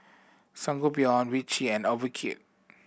Sangobion Vichy and Ocuvite